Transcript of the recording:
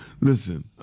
Listen